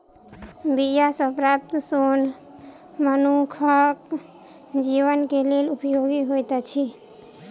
बीया सॅ प्राप्त सोन मनुखक जीवन के लेल उपयोगी होइत अछि